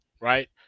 right